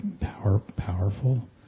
powerful